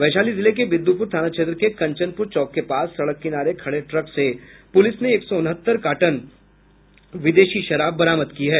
वैशाली जिले के बिदुपुर थाना क्षेत्र के कंचनपुर चौक के पास सड़क किनारे खड़े ट्रक से पुलिस ने एक सौ उनहत्तर कार्टन विदेशी शराब बरामद की है